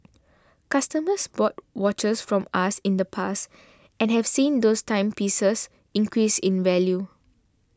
customers bought watches from us in the past and have seen those timepieces increase in value